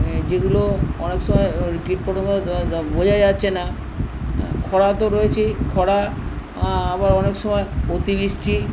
যেগুলো অনেক সময় ওই কীটপতঙ্গ বোঝা যাচ্ছে না খরা তো রয়েছেই খরা আবার অনেক সময় অতিবৃষ্টি